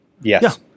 Yes